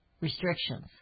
restrictions